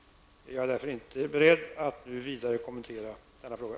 Jag är därför inte beredd att nu vidare kommentera denna fråga.